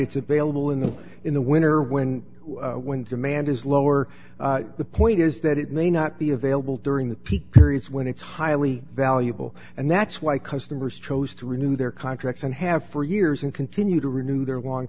it's a bailable in the in the winter when when demand is lower the point is that it may not be available during the peak periods when it's highly valuable and that's why customers chose to renew their contracts and have for years and continue to renew their long